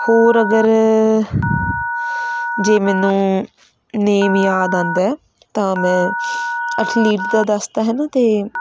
ਹੋਰ ਅਗਰ ਜੇ ਮੈਨੂੰ ਨੇਮ ਯਾਦ ਆਉਂਦਾ ਤਾਂ ਮੈਂ ਅਥਲੀਟ ਦਾ ਦੱਸ ਤਾ ਹੈ ਨਾ ਅਤੇ